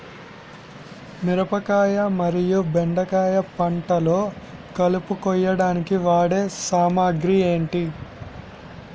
మిరపకాయ మరియు బెండకాయ పంటలో కలుపు కోయడానికి వాడే సామాగ్రి ఏమిటి?